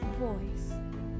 voice